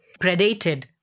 predated